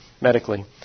Medically